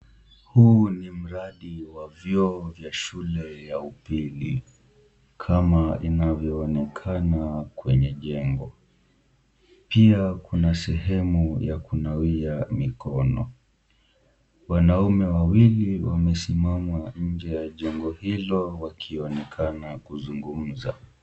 Huu ni mradi wa vyoo vya shule ya upili kama inavyoonekana kwenye jengo, pia kuna sehemu ya kunawia mikono. Wanaume wawili wamesimama nje ya jengo hilo wakionekana kuzungumza.